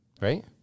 Right